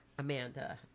Amanda